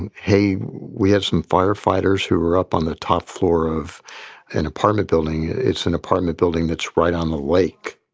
and hey, we had some firefighters who were up on the top floor of an apartment building. it's an apartment building that's right on the lake.